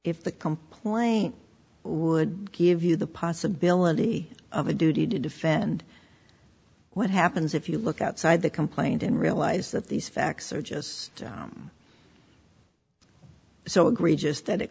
if the complaint would give you the possibility of a duty to defend what happens if you look outside the complaint and realize that these facts are just so egregious that it